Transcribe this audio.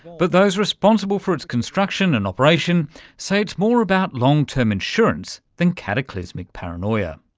but those responsible for its construction and operation say it's more about long-term insurance than cataclysmic paranoia,